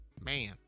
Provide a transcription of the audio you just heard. man